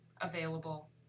available